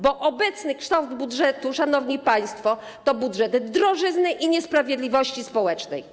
Bo obecny kształt budżetu, szanowni państwo, to budżet drożyzny i niesprawiedliwości społecznej.